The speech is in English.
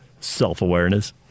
Self-awareness